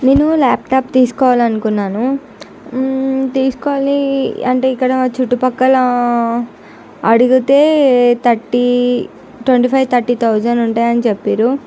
నేను ల్యాప్టాప్ తీసుకోవాలి అనుకున్నాను తీసుకొవాలి అంటే ఇక్కడ చుట్టుపక్కల ఆ అడిగితే thirty twenty five thirty thousand ఉంటాయి అని చెప్పిరు